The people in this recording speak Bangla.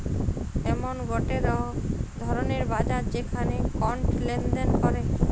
এমন গটে ধরণের বাজার যেখানে কন্ড লেনদেন করে